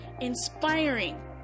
inspiring